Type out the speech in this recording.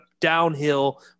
downhill